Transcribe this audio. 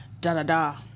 da-da-da